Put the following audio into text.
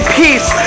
peace